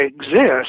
exist